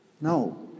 No